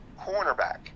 cornerback